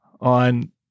on